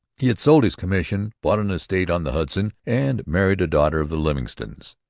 he had sold his commission, bought an estate on the hudson, and married a daughter of the livingstons.